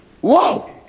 Whoa